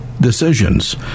decisions